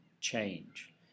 change